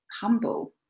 humble